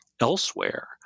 elsewhere